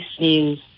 news